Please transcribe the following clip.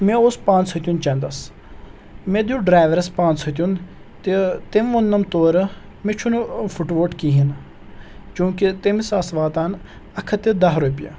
مےٚ اوس پانٛژھ ہٕتیُن چَندَس مےٚ دِیُت ڈرٛایوَرَس پانٛژھ ہٕتیُن تہِ تٔمۍ ووٚن نَم تورٕ مےٚ چھُنہٕ پھُٹوُوٹ کِہیٖنۍ نہٕ چوٗنٛکہِ تٔمِس آسہٕ واتان اَکھ ہَتھ تہِ دَہ رۄپیہِ